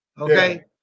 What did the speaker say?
Okay